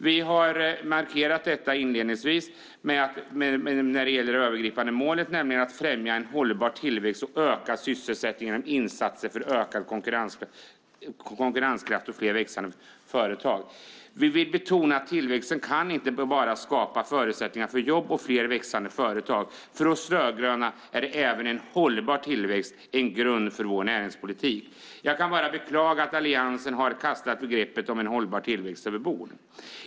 Vi har inledningsvis markerat att vi har ett annat övergripande mål, nämligen att främja en hållbar tillväxt och ökad sysselsättning genom insatser för ökad konkurrenskraft och fler växande företag. Vi vill betona att tillväxten inte bara kan skapa förutsättningar för jobb och fler växande företag. För oss rödgröna är även en hållbar tillväxt en grund för vår näringspolitik. Jag kan bara beklaga att Alliansen har kastat begreppet om en hållbar tillväxt över bord.